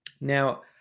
Now